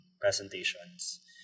presentations